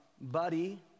buddy